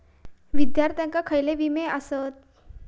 विद्यार्थ्यांका खयले विमे आसत?